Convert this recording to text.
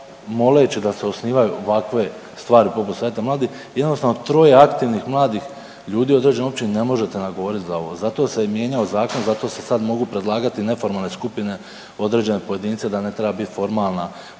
moleći da se osnivaju ovakve stvari poput savjeta mladih, jednostavno troje aktivnih mladih ljudi u određenoj općini ne možete nagovoriti za ovo, zato se i mijenjao zakon, zato se sad mogu predlagati neformalne skupine određene pojedince, da ne treba biti formalna, formalni